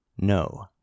No